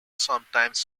sometimes